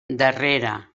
darrere